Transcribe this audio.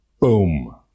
Boom